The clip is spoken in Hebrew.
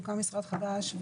הוקם משרד חדש,